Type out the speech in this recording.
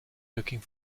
looking